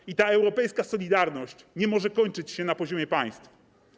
I ta europejska solidarność nie może kończyć się na poziomie państw.